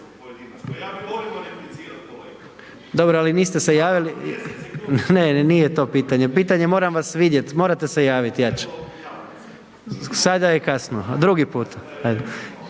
Gordan (HDZ)** Ne, ne, nije to pitanje, pitanje moram vas vidjet, morate se javiti. Sada je kasno, drugi put.